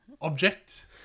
object